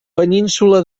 península